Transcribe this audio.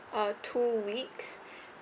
uh two weeks